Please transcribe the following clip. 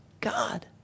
God